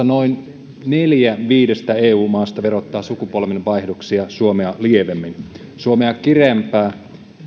noin neljä viidestä eu maasta verottaa sukupolvenvaihdoksia suomea lievemmin suomea kireämpää